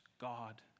God